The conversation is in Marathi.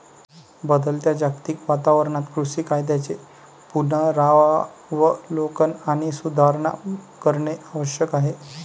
बदलत्या जागतिक वातावरणात कृषी कायद्यांचे पुनरावलोकन आणि सुधारणा करणे आवश्यक आहे